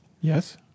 Yes